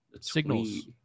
signals